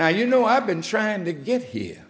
now you know i've been trying to get here